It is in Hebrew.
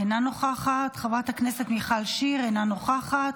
אינה נוכחת, חברת הכנסת מיכל שיר, אינה נוכחת.